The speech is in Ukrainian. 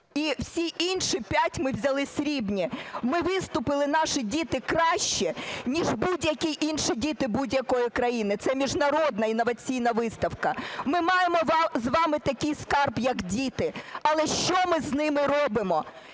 і всі інші 5 – ми взяли срібні. Ми виступили, наші діти, краще, ніж будь-які інші діти будь-якої країни. Це міжнародна інноваційна виставка. Ми маємо з вами такий скарб, як діти. Але що ми з ними робимо?